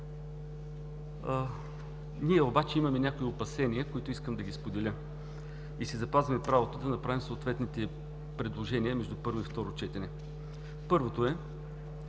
Ние обаче имаме някои опасения, които искам да споделя, и си запазваме правото да направим съответните предложения между първо и второ четене. Първото е,